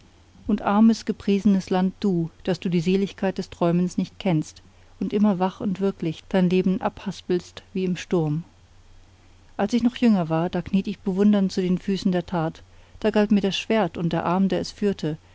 und armes gepriesenes land du das du die seligkeit des träumens nicht kennst und immer wach und wirklich dein lehen abhaspelst wie im sturm als ich noch jünger war da kniet ich bewundernd zu den füßen der tat da galt mir das schwert und der arm der es führte